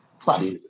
plus